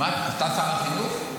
אתה שר החינוך?